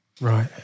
Right